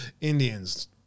Indians